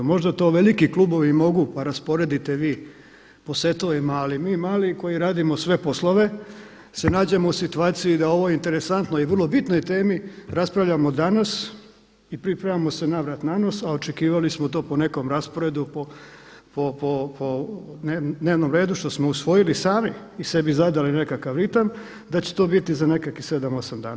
Možda to veliki klubovi mogu pa rasporedite vi po setovima, ali mi mali koji radimo sve poslove se nađemo u situaciji da o ovoj interesantnoj i vrlo bitnoj temi raspravljamo danas i pripremamo se na vrat, na nos, a očekivali smo to po nekom rasporedu po dnevnom redu što smo usvojili sami i zadali sebi nekakav ritam da će to biti za nekakvih 7, 8 dana.